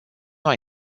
mai